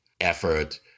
effort